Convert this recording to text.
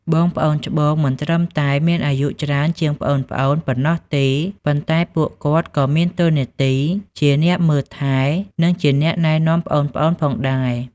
បងប្អូនច្បង មិនត្រឹមតែមានអាយុច្រើនជាងប្អូនៗប៉ុណ្ណោះទេ ប៉ុន្តែពួកគាត់ក៏មាន តួនាទីជាអ្នកមើលថែរក្សា និងជាអ្នកណែនាំ ប្អូនៗផងដែរ។